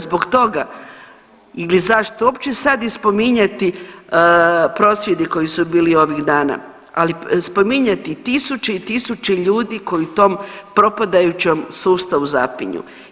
Zbog toga ili zašto uopće sad i spominjati prosvjedi koji su bili ovih dana, ali spominjati tisuće i tisuće ljudi koji tom propadajućem sustavu zapinju.